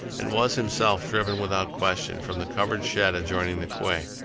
and was himself driven without question from the covered shed adjoining the quay.